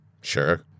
Sure